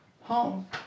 home